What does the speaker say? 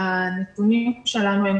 מהנתונים שלנו,